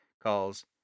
calls